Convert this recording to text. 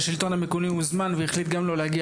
שהשלטון המקומי הוזמן והחליט גם לא להגיע.